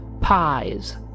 pies